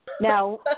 Now